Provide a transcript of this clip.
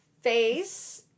Face